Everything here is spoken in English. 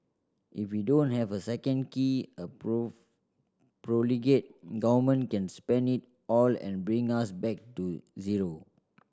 if we don't have a second key a profligate government can spend it all and bring us back to zero